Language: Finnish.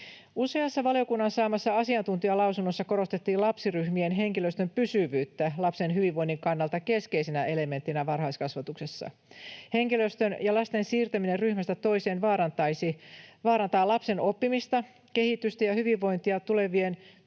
Useassa valiokunnan saamassa asiantuntijalausunnossa korostettiin lapsiryhmien henkilöstön pysyvyyttä lapsen hyvinvoinnin kannalta keskeisenä elementtinä varhaiskasvatuksessa. Henkilöstön ja lasten siirtäminen ryhmästä toiseen vaarantaa lapsen oppimista, kehitystä ja hyvinvointia tukevien pysyvien